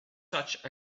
such